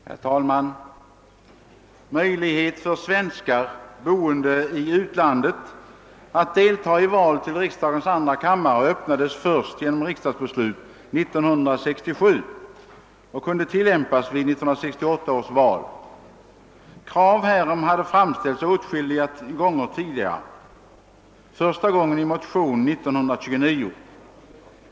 Herr talman! Möjlighet för svenskar, boende i utlandet, att delta i valtillriksdagens andra kammare öppnades först genom riksdagsbeslut 1967 och kunde utnyttjas vid 1968 års val. Krav härpå hade framställts flera gånger tidigare, första gången i motion 1929.